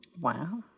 Wow